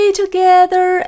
together